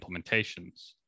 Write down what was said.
implementations